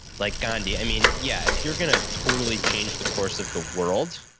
like gandhi, i mean yeah, if you're going to totally change the course of the world,